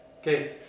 Okay